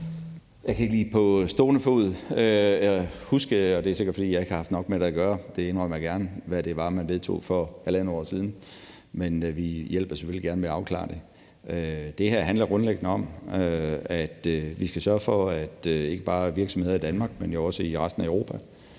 Jeg kan ikke lige på stående fod huske – og det er sikkert, fordi jeg ikke har haft nok med det at gøre; det indrømmer jeg gerne – hvad det var, man vedtog for halvandet år siden. Men vi hjælper selvfølgelig gerne med at afklare det. Det her handler grundlæggende om, at vi skal sørge for, at virksomheder ikke bare i Danmark, men jo også i resten af Europa